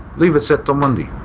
leave it sit till monday,